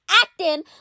acting